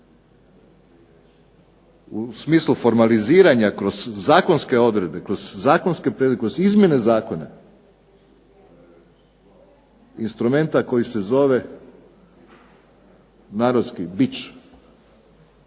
u smislu formaliziranja kroz zakonske odredbe, kroz zakonske prijedloge, kroz izmjene zakona, instrumenta koji se zove, narodski, bič.